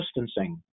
distancing